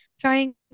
trying